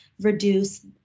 reduce